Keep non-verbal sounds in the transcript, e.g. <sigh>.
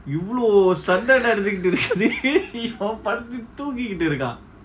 <laughs>